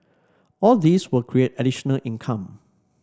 all these will create additional income